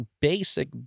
basic